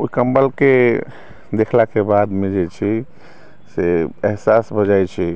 ओइ कम्बलके देखलाके बादमे जे छै से एहसास भऽ जाइ छै